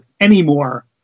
Anymore